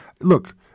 Look